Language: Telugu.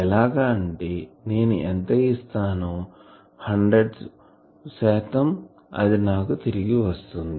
ఎలాగ అంటే నేను ఎంత ఇస్తానో 100 శాతం అది నాకు తిరిగి ఇస్తుంది